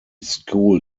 school